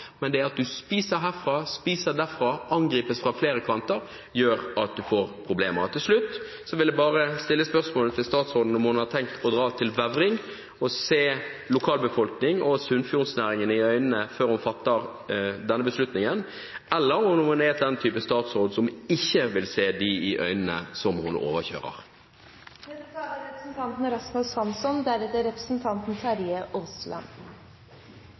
men det er det at en spiser herfra, spiser derfra og angripes fra flere kanter som gjør at en får problemer. Til slutt vil jeg bare stille spørsmålet til statsråden om hun har tenkt å dra til Befring og se lokalbefolkningen og Sunnfjord-næringen i øynene før hun fatter denne beslutningen, eller om hun er den typen statsråd som ikke vil se dem som hun overkjører, i øynene. Det er nettopp når representanten